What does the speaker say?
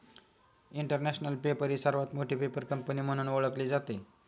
international paper ही सर्वात मोठी पेपर कंपनी म्हणून ओळखली जाते